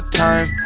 time